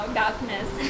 darkness